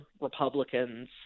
Republicans